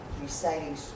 reciting